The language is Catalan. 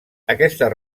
aquestes